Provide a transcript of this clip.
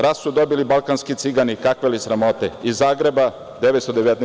Rat su dobili balkanski Cigani, kakve li sramote!“ Iz Zagreba, 1919.